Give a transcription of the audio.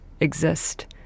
exist